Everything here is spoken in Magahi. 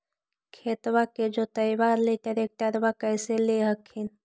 खेतबा के जोतयबा ले ट्रैक्टरबा कैसे ले हखिन?